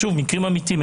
שוב, זה מקרים אמיתיים.